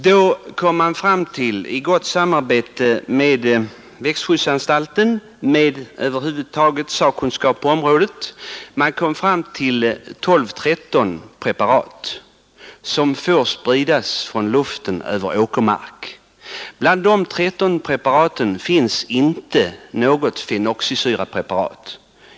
Då kom man i gott samarbete med växtskyddsanstalten och över huvud taget med sakkunskapen på området fram till 12—13 preparat som får spridas från luften över åkermark. Bland dessa finns inte något fenoxisyrapreparat.